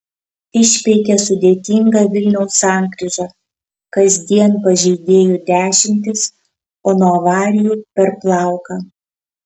išpeikė sudėtingą vilniaus sankryžą kasdien pažeidėjų dešimtys o nuo avarijų per plauką